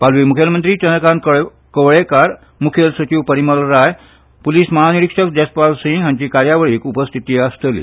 पालवी मुखेलमंत्री चंद्रकांत कवळेकार मुखेल सचिव परिमल राय पुलीस महानिरीक्षक जसपाल सिंग हांची कार्यावळीक उपस्थिती आसतली